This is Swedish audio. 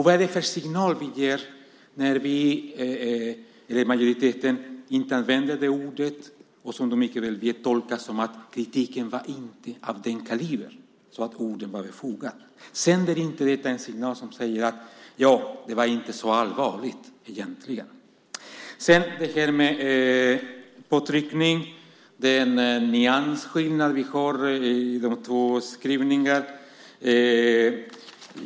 Vad är det för signal vi ger när majoriteten inte använder det ordet? De vill inte bli tolkade som att kritiken var av den kalibern att ordet var befogat. Sänder inte detta en signal som säger att det egentligen inte var så allvarligt? Sedan var det frågan om påtryckningar. Det är en nyansskillnad i de två skrivningarna.